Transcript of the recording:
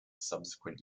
subsequent